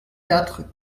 quatre